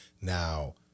Now